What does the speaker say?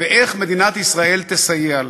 ואיך מדינת ישראל תסייע להם.